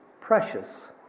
precious